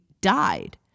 died